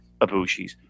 abushis